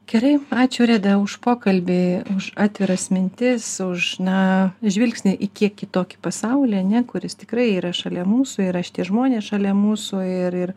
gerai ačiū reda už pokalbį už atviras mintis už na žvilgsnį į kiek kitokį pasaulį ar ne kuris tikrai yra šalia mūsų yra šie žmonės šalia mūsų ir ir